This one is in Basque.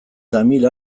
tamil